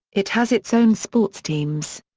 it has its own sports teams.